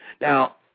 Now